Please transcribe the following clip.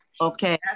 Okay